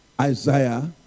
Isaiah